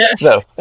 no